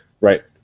right